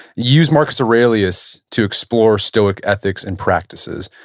you used marcus aurelius to explore stoic ethics and practices.